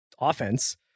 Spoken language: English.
offense